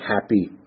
happy